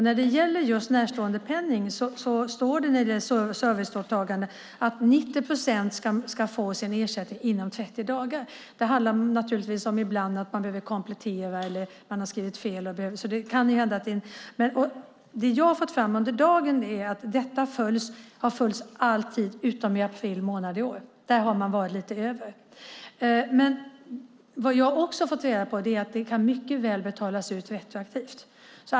När det gäller just närståendepenning står det i serviceåtagandet att 90 procent ska få sin ersättning inom 30 dagar. Det handlar naturligtvis ibland om att man behöver komplettera information eller att man har skrivit fel, men det jag har fått fram under dagen är att detta alltid följs, utom i april månad i år. Då har man varit lite över. Vad jag också har fått reda på är att ersättning mycket väl kan betalas ut retroaktivt.